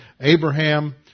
Abraham